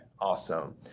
awesome